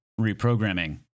reprogramming